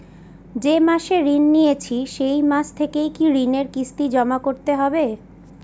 যে মাসে ঋণ নিয়েছি সেই মাস থেকেই কি ঋণের কিস্তি জমা করতে হবে?